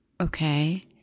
okay